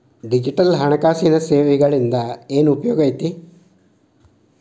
digital ಹಣಕಾಸಿನ ಸೇವೆಗಳಿಂದ ಏನ್ ಉಪಯೋಗೈತಿ